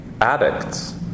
addicts